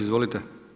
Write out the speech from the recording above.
Izvolite.